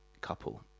couple